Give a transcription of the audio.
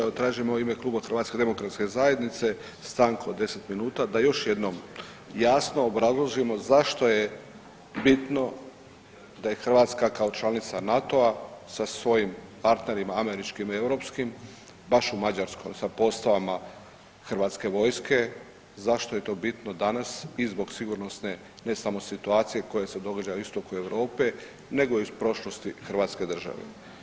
Evo tražim u ime Kluba HDZ-a stanku od 10 minuta da još jednom jasno obrazložimo zašto je bitno da je Hrvatska kao članica NATO-a sa svojim partnerima američkim i europskim baš u Mađarskoj sa postavama hrvatske vojske, zašto je to bitno danas i zbog sigurnosne ne samo situacije koja se događa na istoku Europe nego iz prošlosti Hrvatske države.